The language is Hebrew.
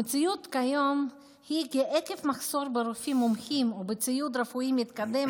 המציאות כיום היא כי עקב מחסור ברופאים מומחים ובציוד רפואי מתקדם,